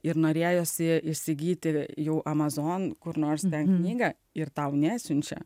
ir norėjosi įsigyti jų amazon kur nors knygą ir tau nesiunčia